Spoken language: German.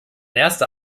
erster